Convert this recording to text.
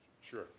Sure